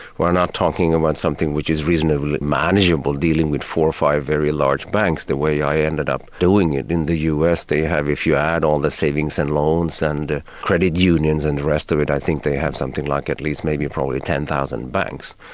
we're not talking about something which is reasonably manageable, dealing with four or five very large banks the way i ended up doing it. in the us, they have if you add all the savings and loans and credit unions and the rest of it, i think they have something like at least maybe probably ten thousand banks.